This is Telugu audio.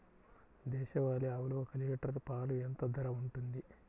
దేశవాలి ఆవులు ఒక్క లీటర్ పాలు ఎంత ధర ఉంటుంది?